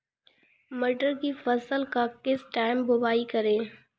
मटर की फसल का किस टाइम बुवाई करें?